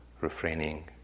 refraining